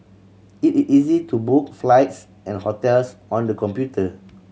it is easy to book flights and hotels on the computer